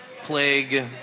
plague